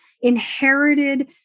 inherited